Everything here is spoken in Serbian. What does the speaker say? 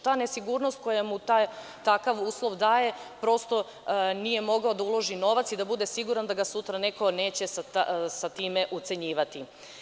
Ta nesigurnost koja mu takav uslov daje prosto nije mogao da uloži novac i da bude siguran da ga sutra neko neće sa time ucenjivati.